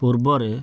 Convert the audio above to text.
ପୂର୍ବରେ